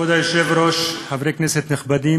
לך על מה להצביע.